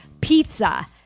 pizza